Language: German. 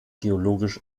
geologisch